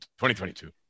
2022